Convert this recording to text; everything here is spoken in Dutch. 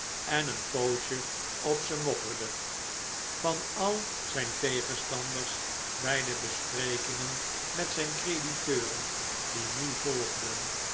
en een poosje op ze mopperde van al zijn tegenstanders bij de besprekingen met zijn crediteuren die nu volgden